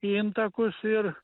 intakus ir